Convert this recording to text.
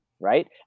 Right